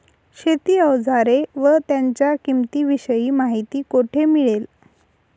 शेती औजारे व त्यांच्या किंमतीविषयी माहिती कोठे मिळेल?